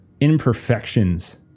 imperfections